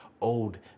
old